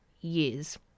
years